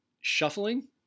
shuffling